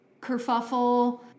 kerfuffle